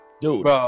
dude